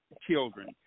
children